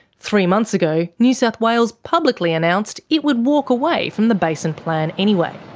three months ago, new south wales publicly announced it would walk away from the basin plan anyway.